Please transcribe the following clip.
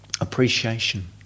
appreciation